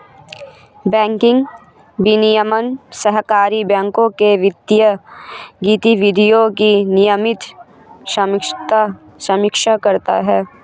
banking विनियमन सहकारी बैंकों के वित्तीय गतिविधियों की नियमित समीक्षा करता है